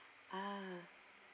ah